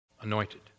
Anointed